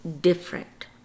different